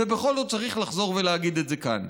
ובכל זאת צריך לחזור ולהגיד את זה כאן.